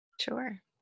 Sure